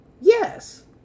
Yes